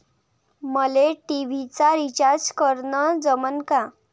मले टी.व्ही चा रिचार्ज करन जमन का?